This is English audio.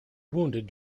wounded